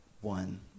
one